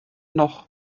noch